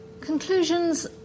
Conclusions